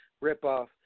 rip-off